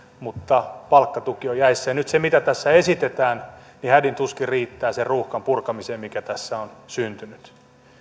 mutta palkkatuki on jäissä ja nyt se mitä tässä esitetään hädin tuskin riittää sen ruuhkan purkamiseen mikä tässä on syntynyt